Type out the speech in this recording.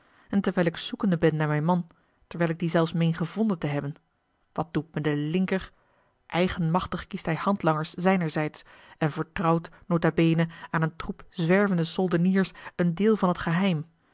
en terwijl ik zoekende ben naar mijn man terwijl ik dien zelfs meen gevonden te hebben wat doet me de linker eigenmachtig kiest hij handlangers zijnerzijds en vertrouwt nota bene aan een troep zwervende soldeniers een deel van het geheim